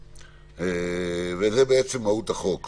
זה מהות הצעת החוק.